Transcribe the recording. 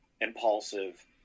impulsive